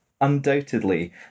undoubtedly